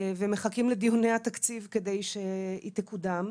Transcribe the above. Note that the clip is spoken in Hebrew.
ומחכים לדיוני התקציב כדי שהיא תקודם.